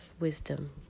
wisdom